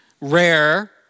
rare